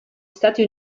stati